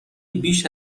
بیش